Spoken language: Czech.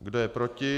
Kdo je proti?